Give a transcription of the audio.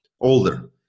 older